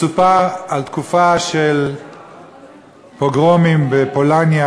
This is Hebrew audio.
מסופר על תקופה של פוגרומים בפולניה,